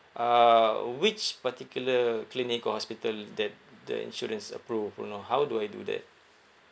uh which particular clinic or hospital that the insurance approve you know how do I do that